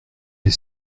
les